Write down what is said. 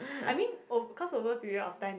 I mean ov~ cause over period of time